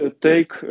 take